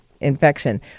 infection